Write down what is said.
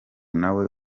nawe